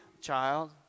child